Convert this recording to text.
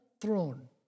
throne